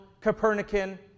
Copernican